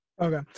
Okay